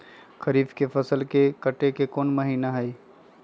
खरीफ के फसल के कटे के कोंन महिना हई?